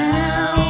now